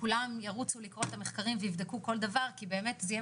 כולם ירוצו לקרוא את המחקרים ויבדקו כל דבר כי זה יהיה